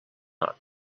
not